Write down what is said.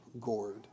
gourd